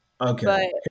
Okay